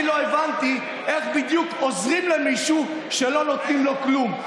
אני לא הבנתי איך בדיוק עוזרים למישהו כשלא נותנים לו כלום.